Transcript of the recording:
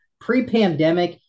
Pre-pandemic